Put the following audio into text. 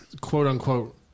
quote-unquote